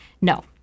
No